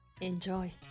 Enjoy